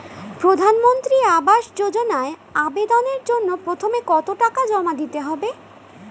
প্রধানমন্ত্রী আবাস যোজনায় আবেদনের জন্য প্রথমে কত টাকা জমা দিতে হবে?